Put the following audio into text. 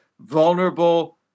vulnerable